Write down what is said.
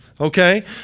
Okay